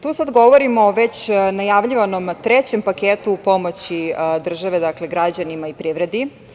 Tu sad govorimo već o najavljivanom trećem paketu pomoći države, dakle građanima i privredi.